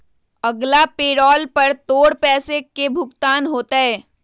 अगला पैरोल पर तोर पैसे के भुगतान होतय